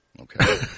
Okay